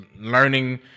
learning